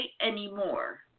anymore